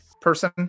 person